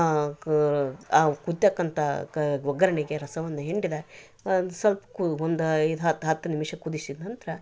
ಕು ಆ ಕುದಿತಕ್ಕಂಥಾ ಕ ಒಗ್ಗರಣೆಗೆ ರಸವನ್ನ ಹಿಂಡಿದ ಒಂದು ಸ್ವಲ್ಪ ಕು ಒಂದು ಐದು ಹತ್ತು ಹತ್ತು ನಿಮಿಷ ಕುದಿಸಿದ ನಂತರ